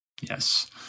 yes